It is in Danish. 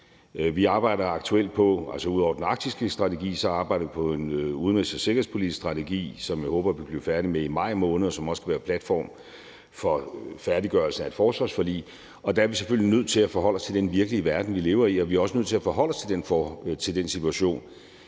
arbejder vi aktuelt på en udenrigs- og sikkerhedspolitisk strategi, som jeg håber at vi bliver færdige med i maj måned, og som også skal være platform for færdiggørelsen af et forsvarsforlig. Der er vi selvfølgelig nødt til at forholde os til den virkelige verden, vi lever i, og vi er også nødt til at forholde os til den situation,